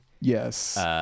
Yes